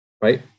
right